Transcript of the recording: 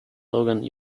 logan